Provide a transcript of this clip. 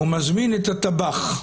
הוא מזמין את הטבח.